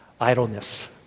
idleness